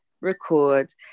record